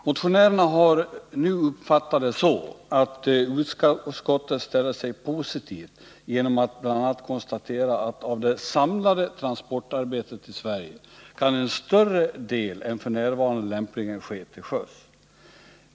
Motionärerna har uppfattat utskottets inställning som positiv genom att utskottet bl.a. konstaterar att av det samlade transportarbetet i Sverige kan en större del än f. n. lämpligen ske till sjöss.